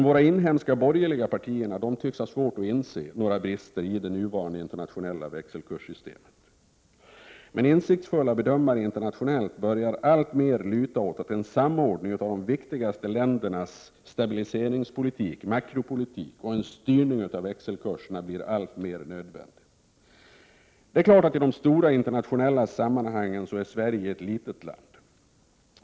Våra inhemska borgerliga partier tycks ha svårt att inse några brister i det nuvarande internationella växelkurssystemet. Men insiktsfulla bedömare internationellt börjar alltmer luta åt att en samordning av de viktigaste ländernas stabiliseringspolitik, makropolitik och en styrning av växelkurserna blir alltmer nödvändig. I de stora internationella sammanhangen är Sverige ett litet land.